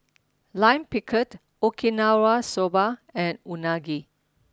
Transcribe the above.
lime pickled Okinawa Soba and Unagi